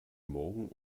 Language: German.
morgen